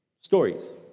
stories